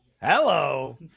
Hello